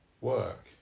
work